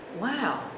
wow